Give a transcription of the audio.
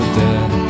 dead